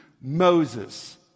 Moses